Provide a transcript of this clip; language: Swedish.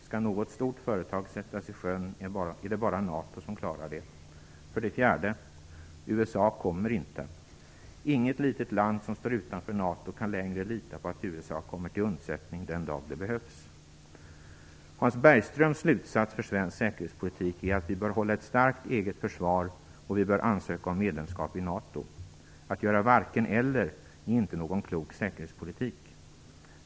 - Ska något stort företag sättas i sjön är det bara NATO som klarar det." 4. "USA kommer inte. Inget litet land som står utanför NATO kan längre lita på att USA kommer till undsättning den dag det behövs." Hans Bergströms slutsats för svensk säkerhetspolitik är att "vi bör hålla ett starkt eget försvar och vi bör ansöka om medlemskap i NATO". Att göra varken-eller är inte någon klok säkerhetspolitik.